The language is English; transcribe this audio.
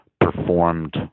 performed